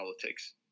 politics